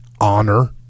honor